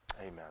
Amen